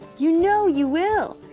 you know you will,